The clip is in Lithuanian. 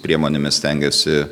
priemonėmis stengėsi